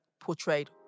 portrayed